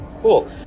Cool